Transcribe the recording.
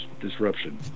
disruption